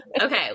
Okay